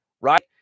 right